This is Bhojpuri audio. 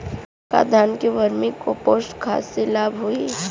का धान में वर्मी कंपोस्ट खाद से लाभ होई?